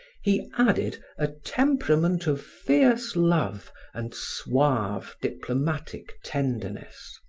he added a temperament of fierce love and suave diplomatic tenderness.